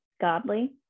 godly